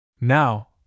Now